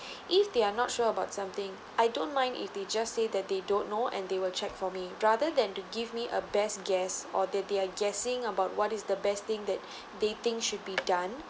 if they are not sure about something I don't mind if they just say that they don't know and they will check for me rather than to give me a best guess or that they're guessing about what is the best thing that they think should be done